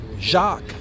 Jacques